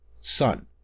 Sun